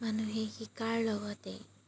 মানুহে শিকাৰ লগতে